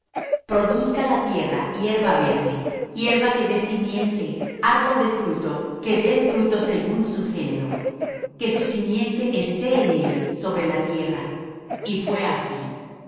produzca la tierra hierba verde hierba que dé simiente árbol de fruto que dé fruto según su género que su simiente esté en él sobre la tierra y fué así